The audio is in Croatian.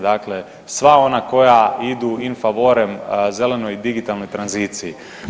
Dakle, sva ona koja idu infavoren zelenoj i digitalnoj tranziciji.